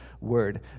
word